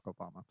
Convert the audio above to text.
Obama